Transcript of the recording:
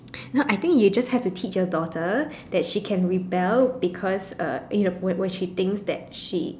no I think you just have to teach your daughter that she can rebel because uh you know when when she thinks that she